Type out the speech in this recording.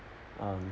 um